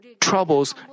troubles